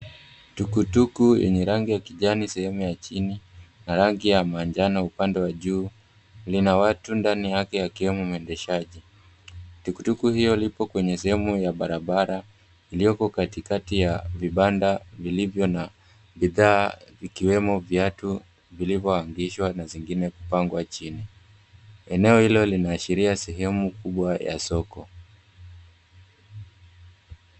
Tuktuk yenye rangi ya kijani sehemu ya chini na rangi ya manjano upande wa juu lina watu ndani yake akiwemo mwendeshaji. Tuktuk hiyo lipo kwenye sehemu ya barabara iliyoko katikati ya vibanda vilivyo na bidhaa vikiwemo viatu vilivyo hangishwa na vingine kupangwa chini. Eneo hilo linaashiria sehemu kubwa ya soko.